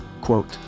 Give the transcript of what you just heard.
Quote